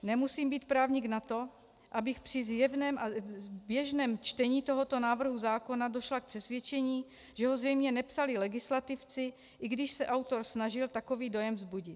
Nemusím být právník na to, abych při zjevném a zběžném čtení tohoto návrhu zákona došla k přesvědčení, že ho zřejmě nepsali legislativci, i když se autor snažil takový dojem vzbudit.